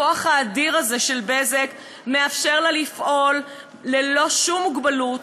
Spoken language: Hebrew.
הכוח האדיר הזה של "בזק" מאפשר לה לפעול ללא שום מוגבלות,